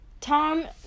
Tom